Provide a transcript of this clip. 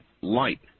light